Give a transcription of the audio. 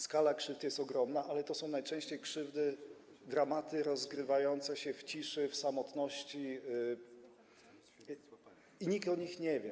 Skala krzywd jest ogromna, ale to są najczęściej krzywdy, dramaty rozgrywające się w ciszy, w samotności i nikt o nich nie wie.